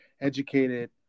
educated